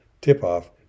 Tip-off